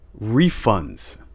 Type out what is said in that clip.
refunds